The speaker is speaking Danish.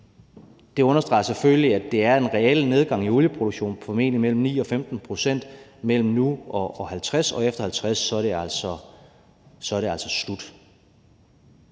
Det understreger selvfølgelig, at det er en realnedgang i olieproduktionen på formentlig mellem 9 og 15 pct. mellem nu og 2050, og efter 2050 er det altså slut.